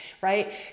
right